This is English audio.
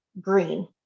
green